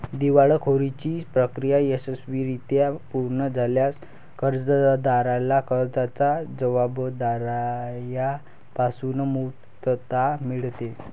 दिवाळखोरीची प्रक्रिया यशस्वीरित्या पूर्ण झाल्यास कर्जदाराला कर्जाच्या जबाबदार्या पासून मुक्तता मिळते